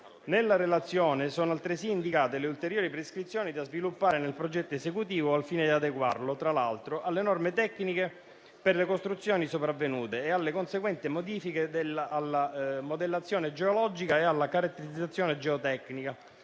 Nella relazione sono altresì indicate le ulteriori prescrizioni da sviluppare nel progetto esecutivo al fine di adeguarlo, tra l'altro, alle norme tecniche per le costruzioni sopravvenute e alle conseguenti modifiche alla modellazione geologica e alla caratterizzazione geotecnica,